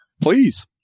Please